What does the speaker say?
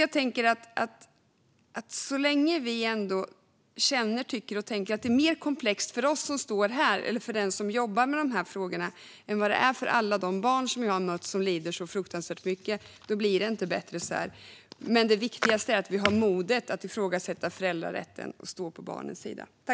Så länge vi känner och tycker att det är mer komplext för oss som står här eller för dem som jobbar med de här frågorna än vad det är för alla de barn som jag har mött som lider så fruktansvärt mycket, då blir det inte bättre än så här. Det viktigaste är att vi har modet att ifrågasätta föräldrarätten och stå på barnens sida.